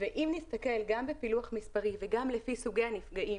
אם נסתכל גם בפילוח מספרי וגם לפי סוגי הנפגעים,